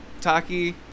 Taki